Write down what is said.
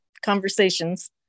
conversations